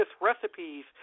recipes